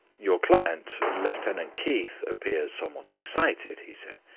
your client, lieutenant keith, appears somewhat excited, he said.